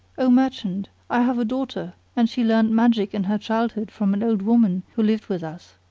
o merchant, i have a daughter, and she learned magic in her childhood from an old woman who lived with us.